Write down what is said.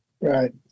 Right